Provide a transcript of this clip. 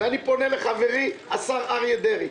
אני פונה לחברי השר אריה דרעי,